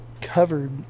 covered